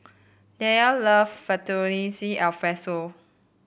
Dyllan love Fettuccine Alfredo